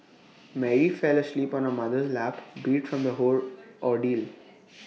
Mary fell asleep on her mother's lap beat from the whole ordeal